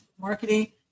marketing